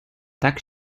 tak